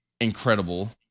incredible